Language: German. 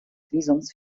visums